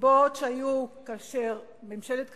הנסיבות שהיו כאשר ממשלת קדימה,